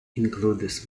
includes